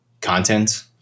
content